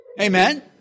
Amen